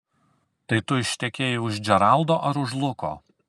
tai tu ištekėjai už džeraldo ar už luko